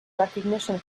recognition